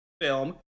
film